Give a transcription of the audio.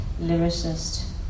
lyricist